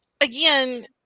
again